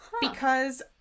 because-